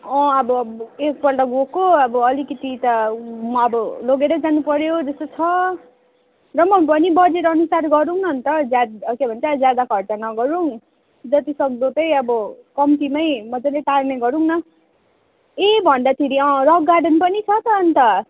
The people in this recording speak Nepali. अँ अब एकपल्ट गएको अब अलिकिति त म अब लगेरै जानु पऱ्यो जस्तो छ र पनि अब भने बजेट अनुसार गरौँ न अन्त ज्याद के भन्छ ज्यादा खर्च नगरौँ जतिसक्दो चाहिँ अब कम्तीमै मजाले टार्ने गरौँ न ए भन्दाखेरि अँ रक गार्डन पनि छ त अन्त